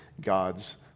God's